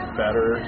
better